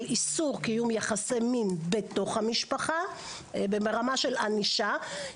איסור קיום יחסי מין בתוך המשפחה ברמה של ענישה.